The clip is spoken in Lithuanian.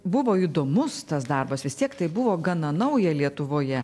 buvo įdomus tas darbas vis tiek tai buvo gana nauja lietuvoje